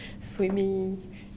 swimming